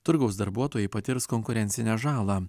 turgaus darbuotojai patirs konkurencinę žalą